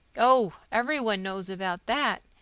oh, every one knows about that.